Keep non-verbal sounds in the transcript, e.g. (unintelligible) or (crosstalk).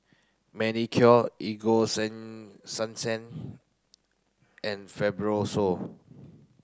Manicare Ego (unintelligible) sunsense and Fibrosol